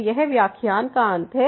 तो यह व्याख्यान का अंत है